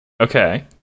Okay